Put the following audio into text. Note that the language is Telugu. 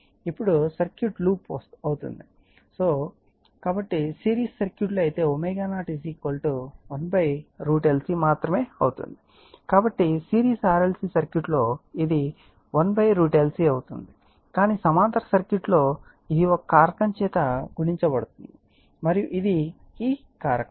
ఇప్పుడు సర్క్యూట్ లూప్ అవుతుంది సిరీస్ సర్క్యూట్ లో అయితే ω0 1√LC మాత్రమే అవుతుంది కాబట్టి సిరీస్ RLC సర్క్యూట్ లో ఇది 1√LC అవుతుంది కానీ సమాంతర సర్క్యూట్ లో ఇది ఒక కారకం చే గుణించబడుతుంది మరియు ఇది ఈ కారకం